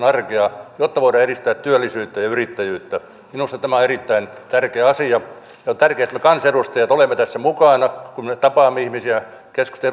arkea ja jotta voidaan edistää työllisyyttä ja yrittäjyyttä minusta tämä on erittäin tärkeä asia ja on tärkeää että me kansanedustajat olemme tässä mukana kun me tapaamme ihmisiä keskustan